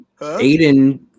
Aiden